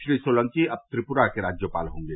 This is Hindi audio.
श्री सोलंकी अब त्रिपुरा के राज्यपाल हॉगे